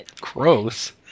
Gross